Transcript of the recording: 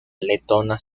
letona